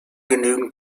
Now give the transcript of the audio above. genügend